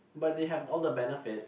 but they have all the benefit